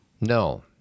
No